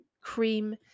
cream